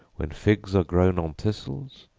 when figs are grown on thistles,